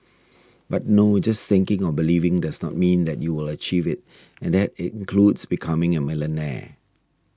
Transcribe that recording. but no just thinking or believing does not mean that you will achieve it and that includes becoming a millionaire